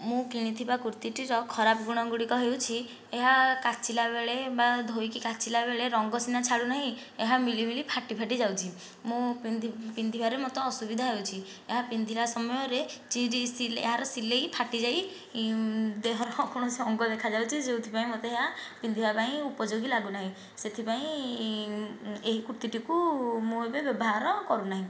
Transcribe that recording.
ମୁଁ କିଣିଥିବା କୁର୍ତ୍ତୀ ଟିର ଖରାପ ଗୁଣ ଗୁଡ଼ିକ ହେଉଛି ଏହା କଚିଲା ବେଳେ ବା ଧୋଇକି କାଚିଲା ବେଳେ ରଙ୍ଗ ସିନା ଛାଡ଼ୁନାହିଁ ଏହା ମିଳିମିଳି ଫାଟିଫାଟି ଯାଉଛି ମୁଁ ପିନ୍ଧି ପିନ୍ଧିବାରେ ମୋତେ ଅସୁବିଧା ହେଉଛି ଏହା ପିନ୍ଧିବା ସମୟରେ ଚିରି ସିଲେଇ ଏହାର ସିଲେଇ ଫାଟି ଯାଇ ଦେହର କୌଣସି ଅଙ୍ଗ ଦେଖା ଯାଉଛି ଯେଉଁଥିପାଇଁ ମୋତେ ଏହା ପିନ୍ଧିବା ପାଇଁ ଉପଯୋଗୀ ଲାଗୁନାହିଁ ସେଥିପାଇଁ ଏହି କୁର୍ତ୍ତୀଟିକୁ ମୁଁ ଏବେ ବ୍ୟବହାର କରୁନାହିଁ